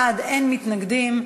15 בעד, אין מתנגדים.